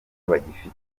bagifite